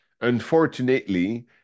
unfortunately